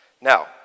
Now